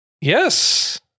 Yes